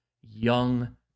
young